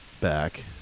back